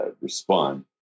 respond